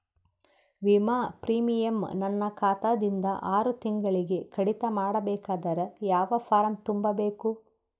ವಿಮಾ ಪ್ರೀಮಿಯಂ ನನ್ನ ಖಾತಾ ದಿಂದ ಆರು ತಿಂಗಳಗೆ ಕಡಿತ ಮಾಡಬೇಕಾದರೆ ಯಾವ ಫಾರಂ ತುಂಬಬೇಕು?